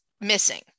missing